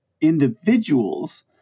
individuals